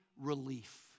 relief